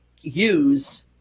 use